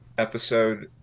episode